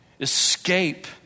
Escape